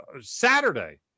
Saturday